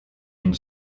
une